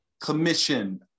Commission